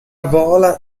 vola